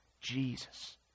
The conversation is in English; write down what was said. Jesus